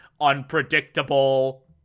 unpredictable